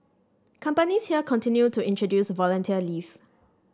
companies here continue to introduce volunteer leave